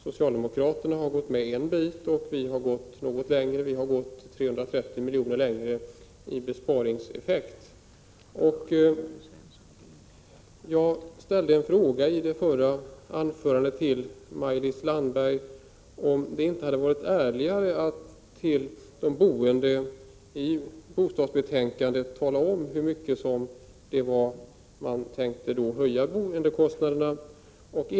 Socialdemokraterna har gått ett stycke, och vi har gått något längre och vill ha en 330 milj.kr. större besparingseffekt. Jag ställde en fråga till Maj-Lis Landberg i mitt föregående anförande om det inte hade varit ärligare att för de boende i bostadsbetänkandet tala om hur mycket man tänkte höja bostadskostnaderna.